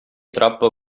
troppo